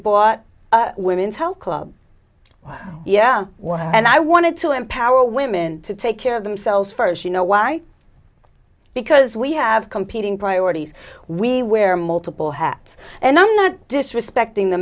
bought women's health club yeah and i wanted to empower women to take care of themselves first you know why because we have competing priorities we wear multiple hats and i'm not disrespecting the